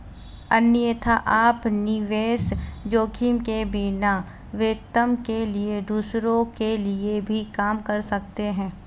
अन्यथा, आप निवेश जोखिम के बिना, वेतन के लिए दूसरों के लिए भी काम कर सकते हैं